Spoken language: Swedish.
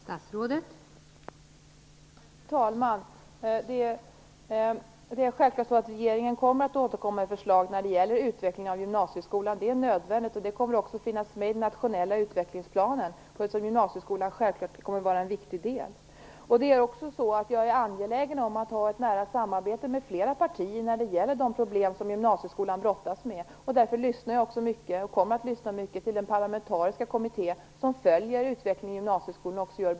Fru talman! Det är självklart att regeringen återkommer med förslag när det gäller utveckling av gymnasieskolan. Det är nödvändigt. Det kommer också att ingå i den nationella utvecklingsplanen i vilken gymnasieskolan självfallet kommer att vara en viktig del. Jag är angelägen om ett nära samarbete med flera partier när det gäller de problem som gymnasieskolan brottas med. Därför lyssnar jag mycket och kommer att lyssna mycket på den parlamentariska kommitté som följer och bedömer utvecklingen i gymnasieskolan.